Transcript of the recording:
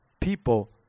people